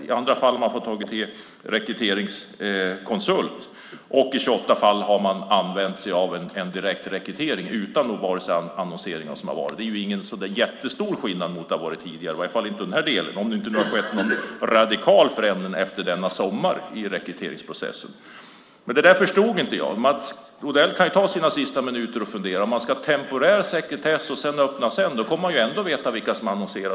I andra fall har man tagit till rekryteringskonsult. I 28 fall har man använt sig av en direktrekrytering utan annonsering. Det är inte stor skillnad mot hur det har varit tidigare - om det inte skett en radikal förändring i rekryteringsprocessen efter sommaren. Mats Odell kan ta sina sista minuter och fundera på detta. Om man ska ha temporär sekretess och sedan öppna kommer alla ändå veta vilka som sökte.